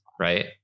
right